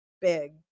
big